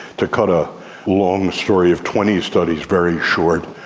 to cut a long story of twenty studies very short,